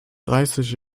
dreißig